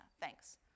thanks